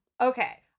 Okay